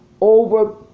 over